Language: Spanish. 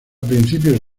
principios